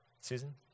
Susan